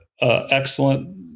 excellent